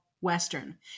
Western